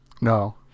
No